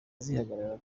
zihagarara